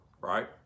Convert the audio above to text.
right